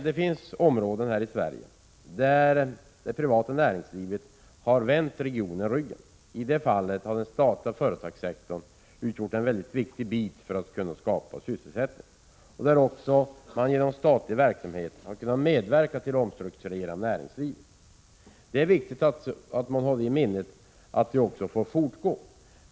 Det finns regioner här i Sverige som det privata näringslivet har vänt ryggen. I de fallen har den statliga företagssektorn utgjort en väldigt viktig faktor för att skapa sysselsättning. Statlig verksamhet har också kunnat medverka till att omstrukturera näringslivet. Det är viktigt att ha det i minnet och att det också får fortgå.